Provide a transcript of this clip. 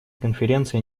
конференция